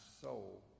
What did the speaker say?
soul